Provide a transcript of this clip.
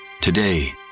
Today